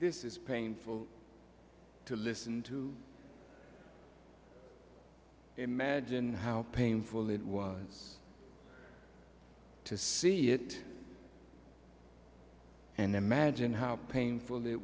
this is painful to listen to imagine how painful it was to see it and imagine how painful